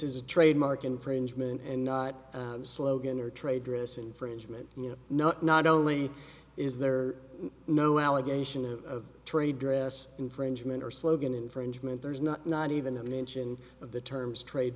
is a trademark infringement and not a slogan or traitorous infringement you know not only is there no allegation of trade dress infringement or slogan infringement there's not not even a mention of the terms trade